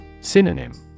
Synonym